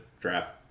draft